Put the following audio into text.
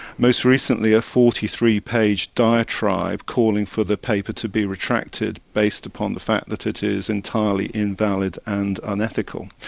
most recently a forty three page diatribe calling for the paper to be retracted based upon the fact that it is entirely invalid and unethical.